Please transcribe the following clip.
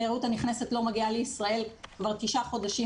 התיירות הנכנסת לא מגיעה לישראל כבר תשעה חודשים,